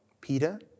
Peter